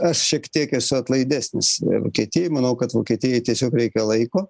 aš šiek tiek esu atlaidesnis vokietijai manau kad vokietijai tiesiog reikia laiko